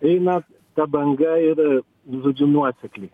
eina ta banga ir žodžiu nuosekliai